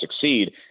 succeed